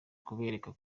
kubereka